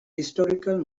historical